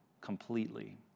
completely